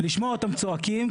לשמוע אותם צועקים.